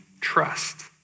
trust